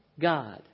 God